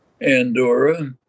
Andorra